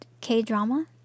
K-drama